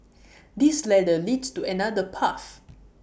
this ladder leads to another path